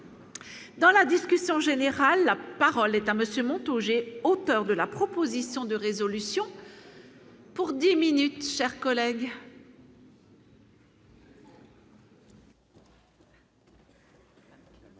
Dans la discussion générale, la parole est à monsieur moto G, auteur de la proposition de résolution pour 10 minutes chers collègues.